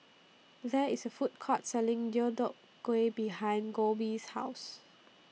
There IS A Food Court Selling Deodeok Gui behind Kolby's House